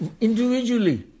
individually